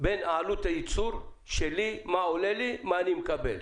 בין עלות הייצור שלי, מה עולה לי, ומה אני מקבל.